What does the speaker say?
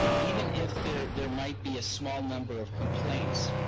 even if there there might be a small number of complaints,